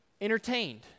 entertained